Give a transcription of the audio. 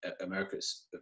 America's